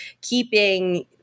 keeping